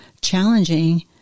challenging